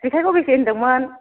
जेखाइखौ बेसे होनदोंमोन